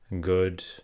good